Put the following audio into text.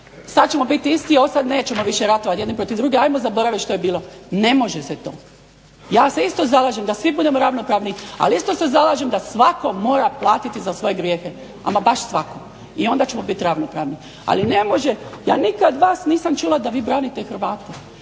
sad ćemo biti isti, odsad nećemo više ratovati jedni protiv drugih, ajmo zaboraviti što je bilo. Ne može se to. Ja se isto zalažem da svi budemo ravnopravni, ali isto se zalažem da svatko mora platiti za svoje grijehe. Ama baš svatko. I onda ćemo biti ravnopravni. Ali ne može, ja nikad vas nisam čula da vi branite Hrvate.